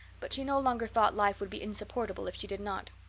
but she no longer thought life would be insupportable if she did not.